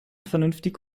vernünftig